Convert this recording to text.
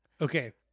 Okay